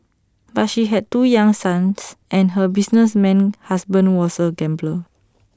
but she had two young sons and her businessman husband was A gambler